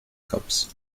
cups